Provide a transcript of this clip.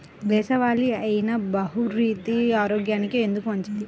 దేశవాలి అయినా బహ్రూతి ఆరోగ్యానికి ఎందుకు మంచిది?